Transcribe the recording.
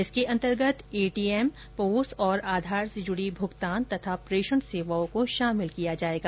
इसके अंतर्गत ATM POS तथा आधार से जुड़ी भुगतान और प्रेषण सेवाओं को शामिल किया जाएगा